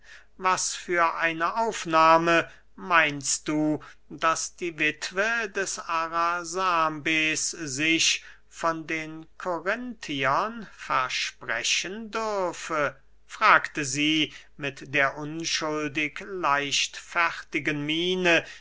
was für eine aufnahme meinst du daß die wittwe des arasambes sich von den korinthiern versprechen dürfe fragte sie mit der unschuldig leichtfertigen miene